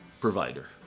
provider